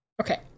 okay